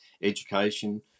education